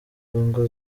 congo